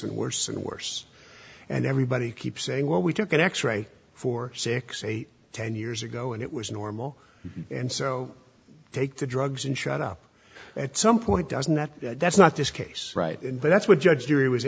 and worse and worse and everybody keeps saying well we took an x ray for six eight ten years ago and it was normal and so take the drugs and shut up at some point doesn't that that's not this case right but that's what judge jury was